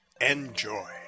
Enjoy